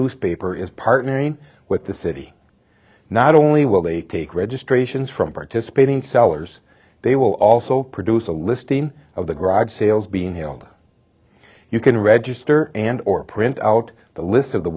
newspaper is partnering with the city not only will they take registrations from participating sellers they will also produce a listing of the garage sales being healed you can register and or print out the list of the